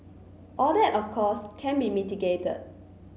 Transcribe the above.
all that of course can be mitigated